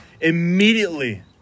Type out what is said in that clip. immediately